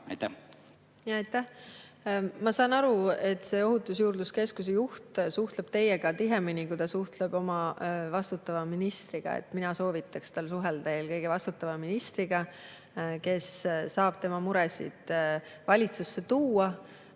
Ma saan aru, et Ohutusjuurdluse Keskuse juht suhtleb teiega tihemini, kui ta suhtleb oma [valdkonna eest] vastutava ministriga. Mina soovitaks tal suhelda eelkõige ministriga, kes saab tema muresid valitsusse tuua.